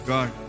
God